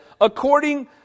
according